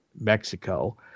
Mexico